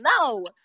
No